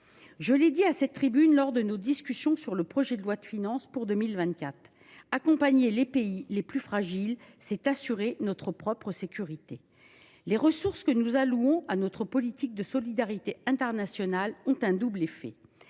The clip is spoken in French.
Je l’ai dit à cette tribune, lors de nos débats sur le projet de loi de finances pour 2024 : accompagner les pays les plus fragiles, c’est assurer notre propre sécurité. Les ressources que nous allouons à notre politique de solidarité internationale ont un double effet.